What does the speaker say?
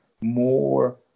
more